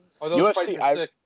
UFC